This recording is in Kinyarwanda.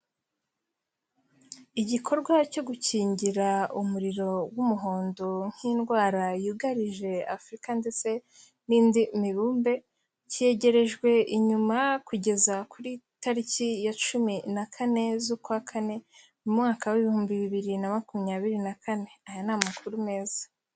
Igikorwa cyo gukingira umuriro w'umuhondo nk'indwara yugarije afurika ndetse n'indi mibumbe, cyegerejwe inyuma kugeza kuri tariki ya cumi na kane z'ukwa kane, mu mwaka w'ibihumbi bibiri na makumyabiri na kane aya ni amakuru meza.